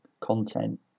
content